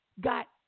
got